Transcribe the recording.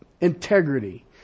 integrity